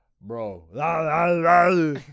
bro